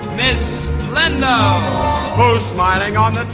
miss leno post-mining on the